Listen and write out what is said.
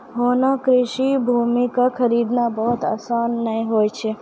होना कृषि भूमि कॅ खरीदना बहुत आसान नाय होय छै